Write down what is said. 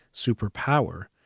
superpower